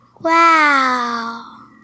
Wow